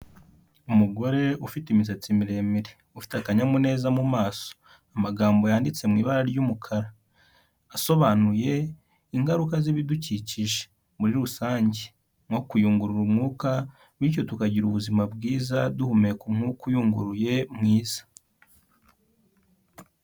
Umugore ufite imisatsi miremire, ufite akanyamuneza mu maso. Amagambo yanditse mu ibara ry'umukara, asobanuye ingaruka z'ibidukikije muri rusange; nko kuyungurura umwuka, bityo tukagira ubuzima bwiza, duhumeka umwuka uyunguruye mwiza.